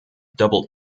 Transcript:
double